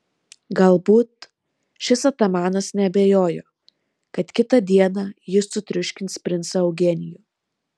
galbūt šis atamanas neabejojo kad kitą dieną jis sutriuškins princą eugenijų